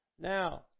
Now